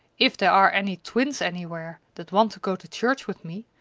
if there are any twins anywhere that want to go to church with me,